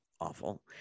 awful